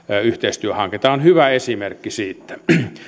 yhteistyöhanke tämä on hyvä esimerkki siitä